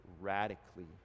radically